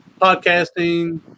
podcasting